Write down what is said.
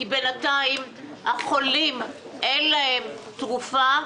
כי בינתיים החולים אין להם תרופה.